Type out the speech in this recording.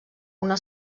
una